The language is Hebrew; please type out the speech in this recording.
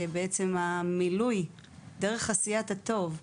שבעצם המילוי דרך עשיית הטוב,